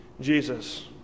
Jesus